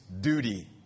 duty